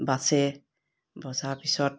বাচে বচাৰ পিছত